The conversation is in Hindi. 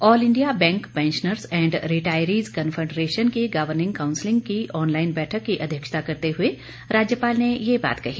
all India bank pensioners and retirees confederation की गवर्निंग काउंसिल की ऑनलाइन बैठक की अध्यक्षता करते हुए राज्यपाल ने ये बात कही